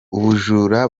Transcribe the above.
ubujura